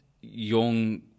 young